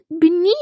beneath